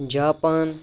Japan